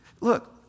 Look